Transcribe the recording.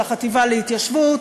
על החטיבה להתיישבות,